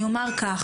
אני אומר כך,